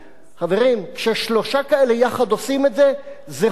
חברים, כששלושה כאלה יחד עושים את זה, זה חונטה.